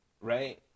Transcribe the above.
right